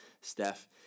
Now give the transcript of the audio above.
Steph